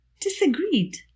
disagreed